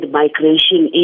migration